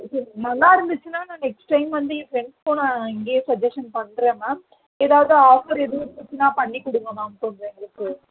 நல்லாருந்துச்சின்னா நாங்க next time வந்து என் ஃப்ரெண்ட்ஸ்கும் இங்கேயே சஜஷன் பண்ணுறன் மேம் எதாவது ஆஃபர் எதும் இருந்துச்சின்னா பண்ணி கொடுங்க மேம் கொஞ்சம் எங்களுக்கு